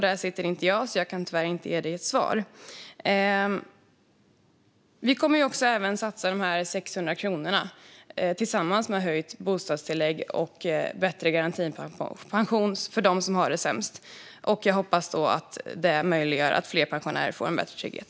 Där sitter inte jag, så jag kan tyvärr inte ge dig ett svar, Nooshi Dadgostar. Vi kommer även att satsa dessa 600 kronor, tillsammans med höjt bostadstillägg och bättre garantipension för dem som har det sämst. Jag hoppas att det möjliggör att fler pensionärer får en bättre trygghet.